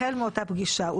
החל מאותה פגישה,